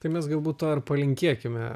tai mes galbūt to ir palinkėkime